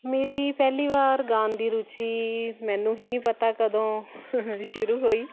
ਮੇਰੀ ਪਹਿਲੀ ਵਾਰ ਗਾਣ ਦੀ ਰੁਚੀ ਮੈਨੂੰ ਹੀ ਨਹੀਂ ਪਤਾ ਕਦੋਂ ਸ਼ੁਰੂ ਹੋਈ